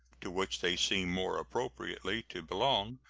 to which they seem more appropriately to belong,